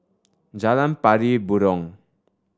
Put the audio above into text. Jalan Pari Burong